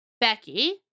Becky